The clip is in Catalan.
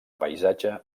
paisatge